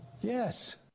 Yes